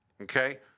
Okay